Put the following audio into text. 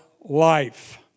life